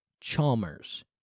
Chalmers